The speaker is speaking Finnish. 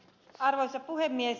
arvoisa puhemies